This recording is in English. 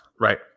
right